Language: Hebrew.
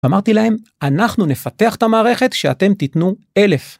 ואמרתי להם, אנחנו נפתח את המערכת שאתם תיתנו אלף.